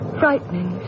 frightening